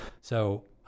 So-